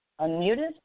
Unmuted